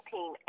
Team